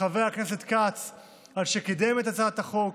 חבר הכנסת כץ על שקידם את הצעת החוק,